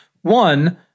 one